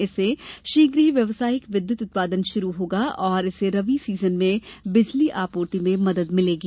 इससे शीघ्र ही व्यावसायिक विद्युत उत्पादन प्रारंभ होगा और इससे रबी सीजन में बिजली आपूर्ति में मदद मिलेगी